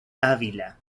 ávila